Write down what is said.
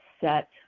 set